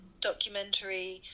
documentary